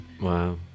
wow